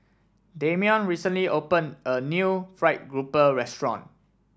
Damion recently opened a new fried grouper restaurant